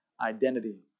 identity